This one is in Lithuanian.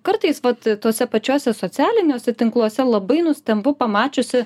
kartais vat tuose pačiose socialiniuose tinkluose labai nustembu pamačiusi